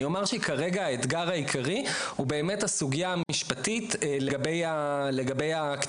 אני אומר שכרגע האתגר המרכזי הוא באמת הסוגיה המשפטית לגבי הקטינים.